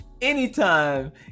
anytime